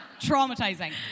Traumatizing